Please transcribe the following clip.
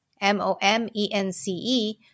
M-O-M-E-N-C-E